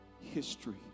history